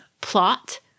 plot